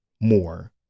more